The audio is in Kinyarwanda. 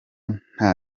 nta